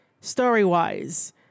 story-wise